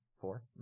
Four